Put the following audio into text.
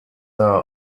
now